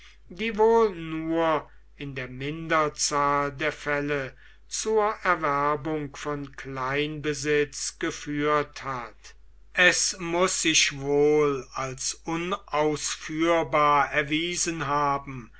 nur in der minderzahl der fälle zur erwerbung von kleinbesitz geführt hat es muß sich wohl als unausführbar erwiesen haben